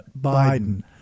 Biden